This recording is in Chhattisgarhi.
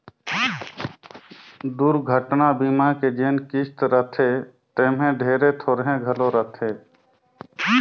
दुरघटना बीमा के जेन किस्त रथे तेम्हे ढेरे थोरहें घलो रहथे